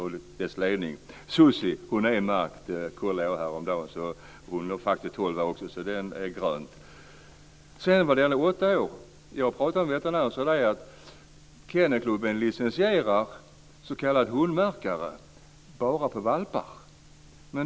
Sussie är märkt - det kontrollerade jag häromdagen. Det är grönt. Sedan var det frågan om åldern åtta år. Jag har pratat med veterinärer. Kennelklubben licensierar s.k. hundmärkare för valpar.